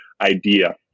idea